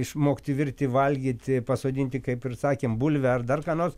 išmokti virti valgyti pasodinti kaip ir sakėm bulvę ar dar ką nors